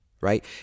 right